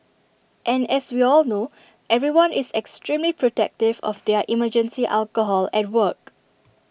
and as we all know everyone is extremely protective of their emergency alcohol at work